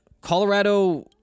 Colorado